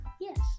Yes